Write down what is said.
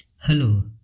Hello